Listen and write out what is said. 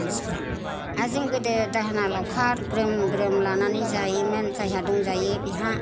मानसिफ्रा आरो जों गोदो दाहोना लावखार ग्रोम ग्रोम लानानै जायोमोन जायहा दंजायो बेहा